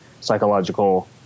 psychological